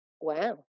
wow